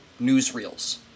newsreels